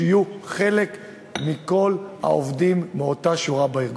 שיהיו חלק מכל העובדים מאותה שורה בארגון.